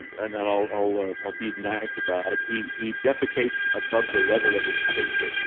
and and i'll ah i'll be nice about it, he he defecates above the level of his sphincter.